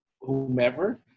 whomever